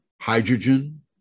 Hydrogen